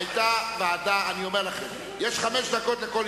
פליטת פה,